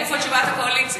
איפה תשובת הקואליציה?